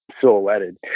silhouetted